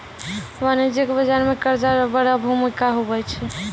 वाणिज्यिक बाजार मे कर्जा रो बड़ो भूमिका हुवै छै